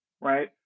Right